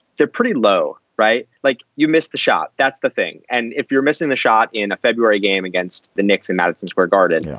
they're pretty low, right? like you missed the shot. that's the thing. and if you're missing the shot in a february game against the knicks, and madison square garden. yeah